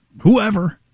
whoever